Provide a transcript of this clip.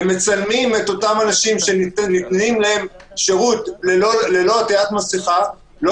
ומצלמים את האנשים שנותנים להם שירות ללא עטיית מסיכה לא